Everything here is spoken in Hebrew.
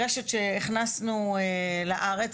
רשת שהכנסנו לארץ,